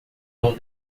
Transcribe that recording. não